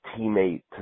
teammate